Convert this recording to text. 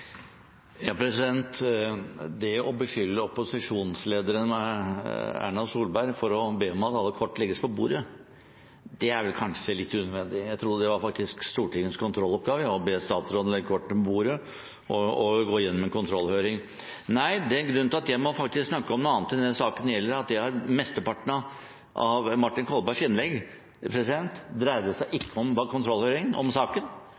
at alle kort legges på bordet, er vel kanskje litt unødvendig. Jeg trodde faktisk det var Stortingets kontrolloppgave å be statsråden legge kortene på bordet og gå gjennom en kontrollhøring. Nei, det er en grunn til at jeg faktisk må snakke om noe annet enn det saken gjelder, og det er at mesteparten av Martin Kolbergs innlegg ikke dreide seg om kontrollhøring om saken.